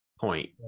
point